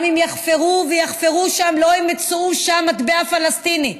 גם אם יחפרו ויחפרו שם, לא ימצאו שם מטבע פלסטיני,